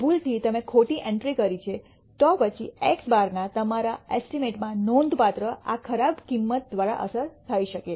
ભૂલથી તમે ખોટી એન્ટ્રી કરી છે તો પછી x̅ ના તમારા એસ્ટીમેટમાં નોંધપાત્ર આ ખરાબ કિંમત દ્વારા અસર થઇ શકે